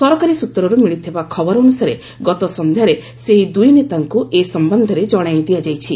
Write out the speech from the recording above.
ସରକାରୀ ସୂତ୍ରରୁ ମିଳିଥିବା ଖବର ଅନୁସାରେ ଗତ ସନ୍ଧ୍ୟାରେ ସେହି ଦୁଇ ନେତାଙ୍କୁ ଏ ସମ୍ବନ୍ଧରେ କଣାଇ ଦିଆଯାଇଛି